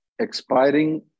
Expiring